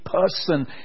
person